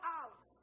out